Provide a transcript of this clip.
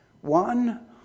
One